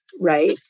right